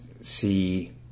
see